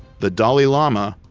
the dalai lama,